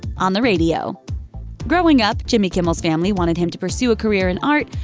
on the radio growing up, jimmy kimmel's family wanted him to pursue a career in art,